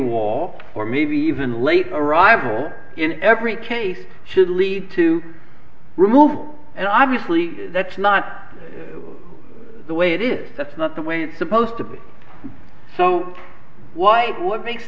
wall or maybe even late arrival in every case should lead to removal and obviously that's not the way it is that's not the way it's supposed to be so why what makes